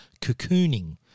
cocooning